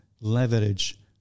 leverage